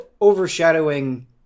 overshadowing